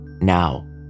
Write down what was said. Now